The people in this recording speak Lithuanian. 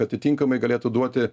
atitinkamai galėtų duoti